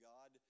God